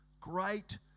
great